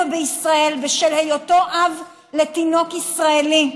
בישראל בשל היותו אב לתינוק ישראלי.